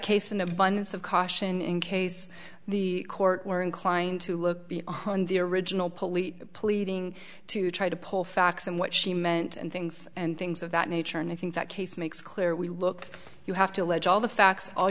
case an abundance of caution in case the court were inclined to look beyond the original police pleading to try to pull facts and what she meant and things and things of that nature and i think that case makes clear we look you have to allege all the facts all